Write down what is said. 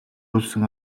больсон